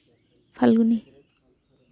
Falguni